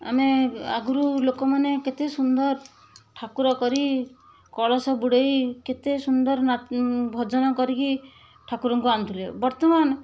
ଆମେ ଆଗରୁ ଲୋକ ମାନେ କେତେ ସୁନ୍ଦର ଠାକୁର କରି କଳସ ବୁଡ଼େଇ କେତେ ସୁନ୍ଦର ଭଜନ କରିକି ଠାକୁରଙ୍କୁ ଆଣୁଥିଲେ ବର୍ତ୍ତମାନ